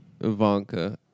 Ivanka